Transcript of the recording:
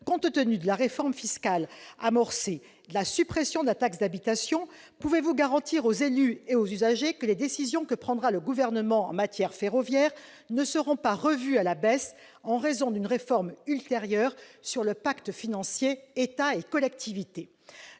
Compte tenu de la réforme de la fiscalité locale amorcée avec la suppression de la taxe d'habitation, pouvez-vous garantir aux élus et aux usagers que les décisions que prendra le Gouvernement en matière ferroviaire ne seront pas revues à la baisse en raison d'une réforme ultérieure sur le pacte financier entre l'État et les collectivités